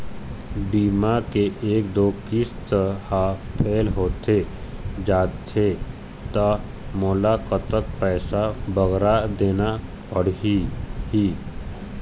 बीमा के एक दो किस्त हा फेल होथे जा थे ता मोला कतक पैसा बगरा देना पड़ही ही?